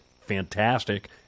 fantastic